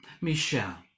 Michelle